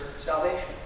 salvation